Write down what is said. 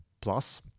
plus